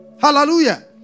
Hallelujah